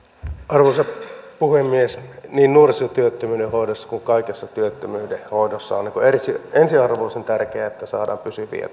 arvoisa puhemies niin nuorisotyöttömyyden hoidossa kuin kaikessa työttömyyden hoidossa on ensiarvoisen tärkeää että saadaan pysyviä